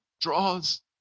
draws